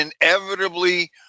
inevitably